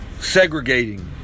segregating